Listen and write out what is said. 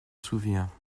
souviens